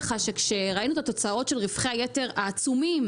כשראינו את התוצאות של רווחי היתר העצומים,